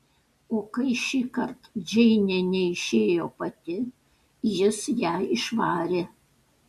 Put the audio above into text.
o kai šįkart džeinė neišėjo pati jis ją išvarė